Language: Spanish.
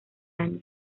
año